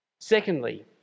Secondly